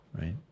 right